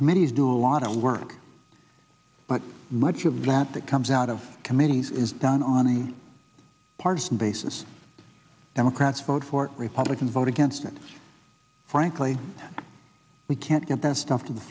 committees do a lot of work but much of that that comes out of committees is done on a partisan basis democrats vote for republican vote against it frankly we can't get their stuff to the